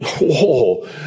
Whoa